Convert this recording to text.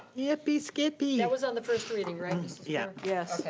yippee, skippy. that was on the first reading right? yeah yes.